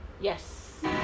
Yes